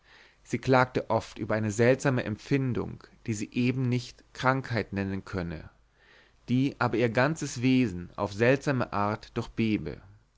sie klagte oft über eine seltsame empfindung die sie eben nicht krankheit nennen könne die aber ihr ganzes wesen auf seltsame art